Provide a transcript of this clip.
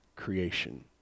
creation